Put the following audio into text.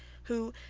who,